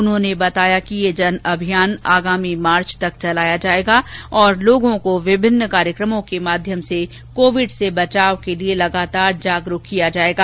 उन्होंने बताया कि ये जन अभियान आगामी मार्च तक चलाया जायेगा और लोगों को विभिन्न कार्यक्रमों के माध्यम से कोविड़ से बचाव के लिये लगातार जागरूक किया जायेगा